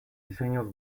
diseños